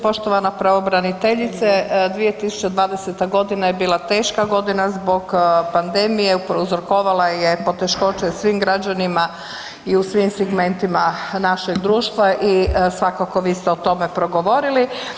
Poštovana pravobraniteljice 2020. godina je bila teška godina zbog pandemije, prouzrokovala je poteškoće svim građanima i u svim segmentima našeg društva i svakako vi ste o tome progovorili.